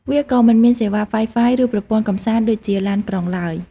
វាក៏មិនមានសេវា Wi-Fi ឬប្រព័ន្ធកម្សាន្តដូចជាឡានក្រុងឡើយ។